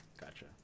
gotcha